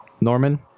Norman